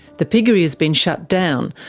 the piggery has been shut down,